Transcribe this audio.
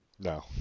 No